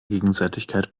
gegenseitigkeit